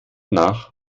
nach